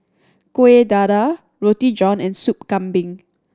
Kuih Dadar Roti John and Soup Kambing